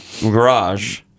garage